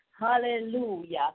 Hallelujah